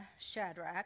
Shadrach